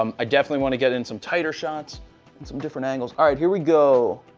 um i definitely want to get in some tighter shots and some different angles. all right. here we go.